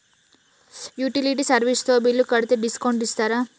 Utility service తో bill కడితే discount ఇస్తరా?